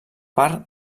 part